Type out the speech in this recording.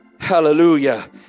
Hallelujah